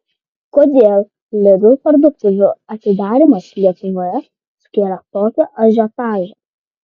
kodėl lidl parduotuvių atidarymas lietuvoje sukėlė tokį ažiotažą